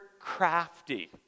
crafty